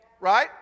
right